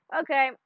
Okay